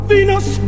Venus